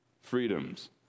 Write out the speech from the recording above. freedoms